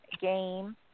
game